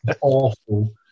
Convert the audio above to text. Awful